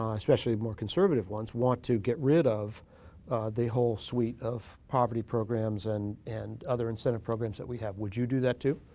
um especially more conservative ones, want to get rid of the whole suite of poverty programs and and other incentive programs that we have. would you do that too?